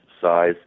size